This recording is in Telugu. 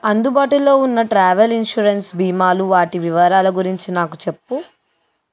అందుబాటులో ఉన్న ట్రావెల్ ఇన్సూరెన్స్ భీమాలు వాటి వివారాల గురించి నాకు చెప్పు